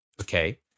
okay